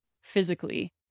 physically